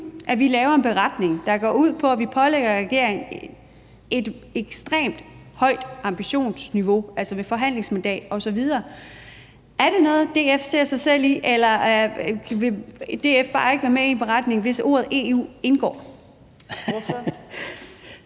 nu vi laver en beretning, der går ud på, at vi pålægger regeringen et ekstremt højt ambitionsniveau, altså ved forhandlingsmandat osv., er det så noget, DF ser sig selv i, eller vil DF bare ikke være med i en beretning, hvis ordet EU indgår?